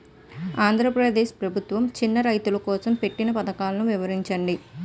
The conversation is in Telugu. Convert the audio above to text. ఆంధ్రప్రదేశ్ ప్రభుత్వ చిన్నా రైతుల కోసం పెట్టిన పథకాలు వివరించండి?